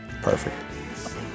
Perfect